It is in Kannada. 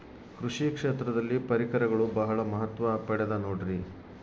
ಕೃಷಿ ಕ್ಷೇತ್ರದಲ್ಲಿ ಪರಿಕರಗಳು ಬಹಳ ಮಹತ್ವ ಪಡೆದ ನೋಡ್ರಿ?